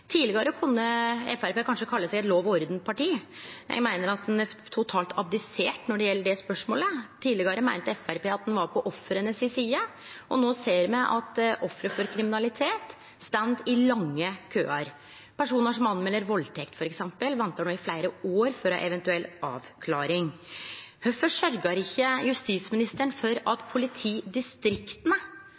Tidlegare kunne kanskje Framstegspartiet ha kalla seg eit lov-og-orden-parti, men eg meiner at ein har totalt abdisert når det gjeld det spørsmålet. Tidlegare meinte Framstegspartiet at ein var på ofra si side, og no ser me at offer for kriminalitet står i lange køar. Personar som melder f.eks. valdtekt til politiet, ventar no i fleire år på ei eventuell avklaring. Kvifor sørgjer ikkje justisministeren for at politidistrikta,